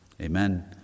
Amen